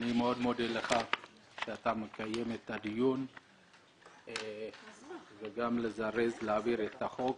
אני מאוד מודה לך שאתה מקיים את הדיון וגם כדי לזרז ולהעביר את החוק,